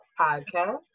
Podcast